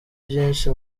byinshi